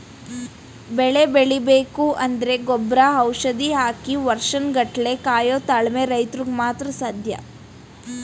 ಬೆಳೆ ಬೆಳಿಬೇಕು ಅಂದ್ರೆ ಗೊಬ್ರ ಔಷಧಿ ಹಾಕಿ ವರ್ಷನ್ ಗಟ್ಲೆ ಕಾಯೋ ತಾಳ್ಮೆ ರೈತ್ರುಗ್ ಮಾತ್ರ ಸಾಧ್ಯ